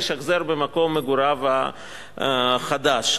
במקום מגוריו החדש,